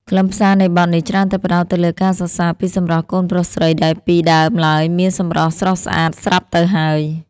ខ្លឹមសារនៃបទនេះច្រើនតែផ្តោតទៅលើការសរសើរពីសម្រស់កូនប្រុសស្រី ដែលពីដើមឡើយមានសម្រស់ស្រស់ស្អាតស្រាប់ទៅហើយ